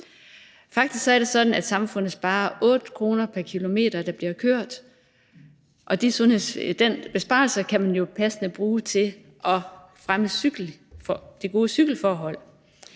Faktisk er det sådan, at samfundet sparer 8 kr. pr. kilometer, der bliver kørt, og den besparelse kan man jo passende bruge til at fremme de gode cykelforhold.